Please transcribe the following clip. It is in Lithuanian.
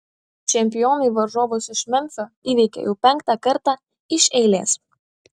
čempionai varžovus iš memfio įveikė jau penktą kartą iš eilės